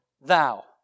thou